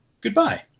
Goodbye